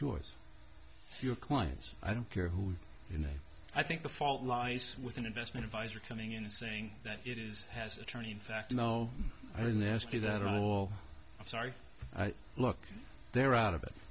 yours your clients i don't care who you know i think the fault lies with an investment adviser coming in and saying that it is has attorney in fact you know i mean they asked me that all sorry look they're out of it